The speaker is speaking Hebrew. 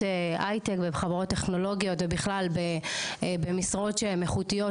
הייטק ובחברות טכנולוגיות ובכלל במשרות שהן איכותיות,